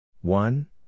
one